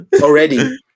Already